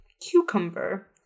cucumber